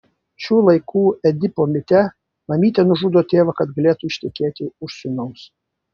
šių laikų edipo mite mamytė nužudo tėvą kad galėtų ištekėti už sūnaus